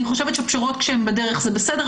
פשרות בדרך זה בסדר.